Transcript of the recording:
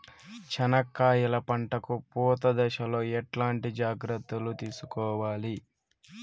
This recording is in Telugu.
చెనక్కాయలు పంట కు పూత దశలో ఎట్లాంటి జాగ్రత్తలు తీసుకోవాలి?